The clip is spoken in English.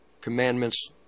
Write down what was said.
commandments